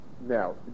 Now